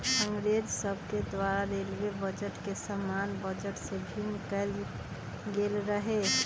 अंग्रेज सभके द्वारा रेलवे बजट के सामान्य बजट से भिन्न कएल गेल रहै